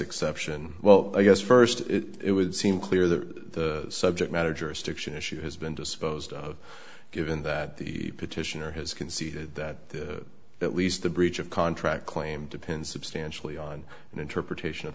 exception well i guess first it would seem clear that the subject matter jurisdiction issue has been disposed of given that the petitioner has conceded that the at least the breach of contract claim depends substantially on an interpretation of